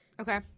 Okay